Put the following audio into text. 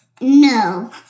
no